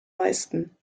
meisten